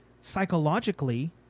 psychologically